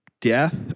death